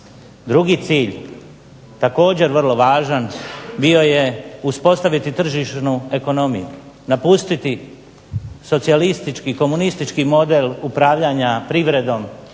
Drugi cilj, također vrlo važan, bio je uspostaviti tržišnu ekonomiju, napustiti socijalistički, komunistički model upravljanja privredom